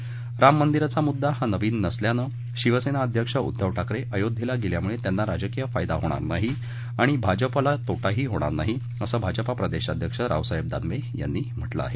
तर राम मंदिराचा मुद्दा हा नवीन नसल्यानं शिवसेना अध्यक्ष उध्दव ठाकरे अयोध्येला गेल्यामुळे त्यांना राजकीय फायदा होणार नाही आणि भारतीय जनता पक्षाला तोटाही होणार नाही असं भाजपा प्रदेशाध्यक्ष रावसाहेब दानवे यांनी म्हटलं आहे